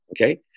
okay